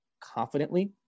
confidently